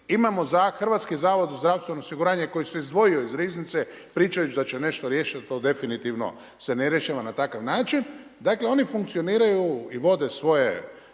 osigurati. Imamo za HZZO koji se izdvojio iz riznice pričajući da će nešto riješiti, a to definitivno se ne rješava na takav način. Dakle oni funkcioniraju i vode svoje